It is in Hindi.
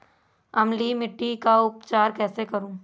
अम्लीय मिट्टी का उपचार कैसे करूँ?